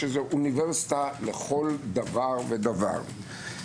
שזו אוניברסיטה לכל דבר ודבר.